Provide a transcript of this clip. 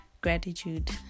gratitude